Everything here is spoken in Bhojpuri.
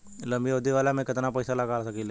लंबी अवधि वाला में केतना पइसा लगा सकिले?